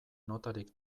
notarik